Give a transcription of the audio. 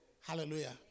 Hallelujah